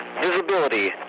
Visibility